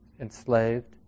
enslaved